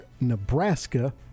Nebraska